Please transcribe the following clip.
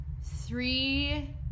three